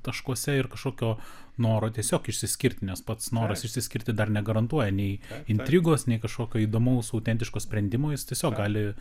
taškuose ir kažkokio noro tiesiog išsiskirti nes pats noras išsiskirti dar negarantuoja nei intrigos nei kažkokio įdomaus autentiško sprendimo jis tiesiog gali